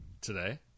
Today